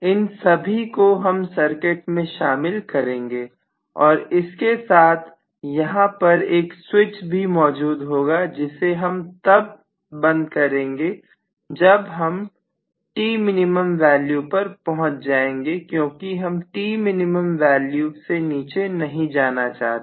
इन सभी को हम सर्किट में शामिल करेंगे और इनके साथ यहां पर एक स्विच भी मौजूद होगा जिसे हम तब बंद करेंगे जब हम Tmin वैल्यू पर पहुंच जाएंगे क्योंकि हम Tmin वैल्यू से नीचे नहीं जाना चाहते